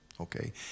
okay